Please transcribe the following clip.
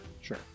Sure